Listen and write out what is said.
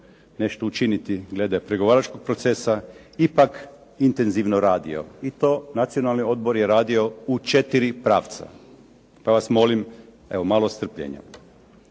nešto učiniti glede pregovaračkog procesa ipak intenzivno radio i to Nacionalni odbor radio u 4 pravca, pa vas molim malo strpljenja.